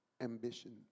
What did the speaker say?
ambition